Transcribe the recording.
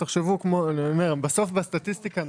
בסוף בסטטיסטיקה-